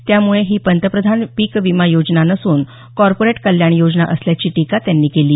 त्यामुळे ही पंतप्रधान पीक विमा योजना नसून कॉर्पोरेट कल्याण योजना असल्याची टीका त्यांनी केली